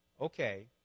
okay